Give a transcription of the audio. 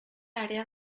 área